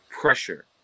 pressure